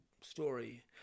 story